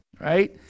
right